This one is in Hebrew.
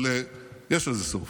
אבל יש לזה סוף: